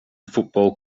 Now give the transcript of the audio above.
football